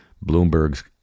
Bloomberg's